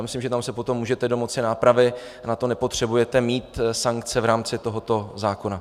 Myslím, že tam se potom můžete domoci nápravy, na to nepotřebujete mít sankce v rámci tohoto zákona.